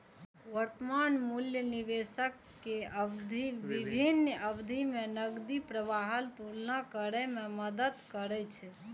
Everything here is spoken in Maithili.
वर्तमान मूल्य निवेशक कें विभिन्न अवधि मे नकदी प्रवाहक तुलना करै मे मदति करै छै